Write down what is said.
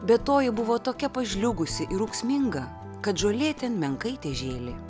bet toji buvo tokia pažliugusi ir ūksminga kad žolė ten menkai žėlė